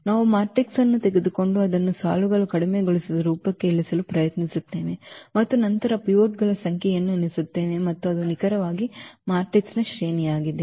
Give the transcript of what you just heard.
ನಾವು ಮ್ಯಾಟ್ರಿಕ್ಸ್ ಅನ್ನು ತೆಗೆದುಕೊಂಡು ಅದನ್ನು ಸಾಲು ಕಡಿಮೆಗೊಳಿಸಿದ ರೂಪಕ್ಕೆ ಇಳಿಸಲು ಪ್ರಯತ್ನಿಸುತ್ತೇವೆ ಮತ್ತು ನಂತರ ಪಿವೋಟ್ಗಳ ಸಂಖ್ಯೆಯನ್ನು ಎಣಿಸುತ್ತೇವೆ ಮತ್ತು ಅದು ನಿಖರವಾಗಿ ಮ್ಯಾಟ್ರಿಕ್ಸ್ನ ಶ್ರೇಣಿಯಾಗಿದೆ